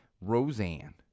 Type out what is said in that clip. Roseanne